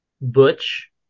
butch